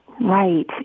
Right